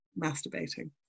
masturbating